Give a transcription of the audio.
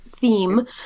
theme